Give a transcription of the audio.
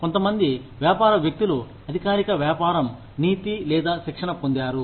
కొంతమంది వ్యాపార వ్యక్తులు అధికారిక వ్యాపారం నీతి లేదా శిక్షణ పొందారు